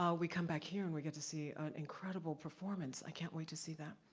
ah we come back here and we get to see an incredible performance, i can't wait to see that.